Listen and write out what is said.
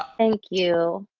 thank you.